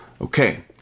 Okay